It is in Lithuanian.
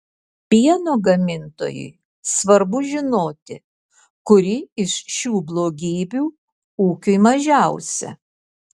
pieno gamintojui svarbu žinoti kuri iš šių blogybių ūkiui mažiausia